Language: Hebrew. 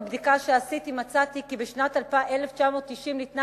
בבדיקה שעשיתי מצאתי כי בשנת 1990 ניתנה